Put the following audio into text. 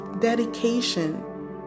dedication